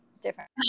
different